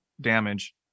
damage